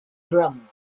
drum